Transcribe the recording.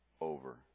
over